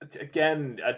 Again